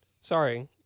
Sorry